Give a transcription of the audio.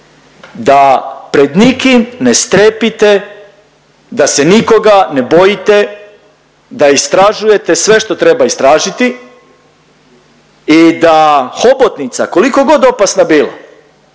da pred nikim ne strepite, da se nikoga ne bojite, da istražujete sve što treba istražiti i da hobotnica koliko god opasna bila